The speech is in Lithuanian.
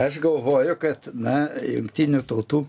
aš galvoju kad na jungtinių tautų